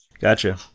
Gotcha